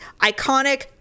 iconic